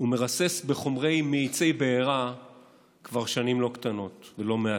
ומרסס בחומרים מאיצי בעירה כבר שנים לא קטנות ולא מעטות.